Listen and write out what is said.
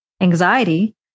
anxiety